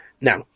Now